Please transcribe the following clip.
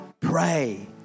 Pray